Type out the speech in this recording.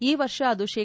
ಈ ವರ್ಷ ಅದು ಶೇ